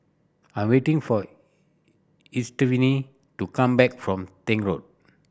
I am waiting for Estefani to come back from Tank Road